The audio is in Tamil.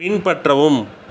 பின்பற்றவும்